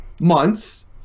months